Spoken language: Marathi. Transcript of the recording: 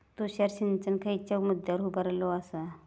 तुषार सिंचन खयच्या मुद्द्यांवर उभारलेलो आसा?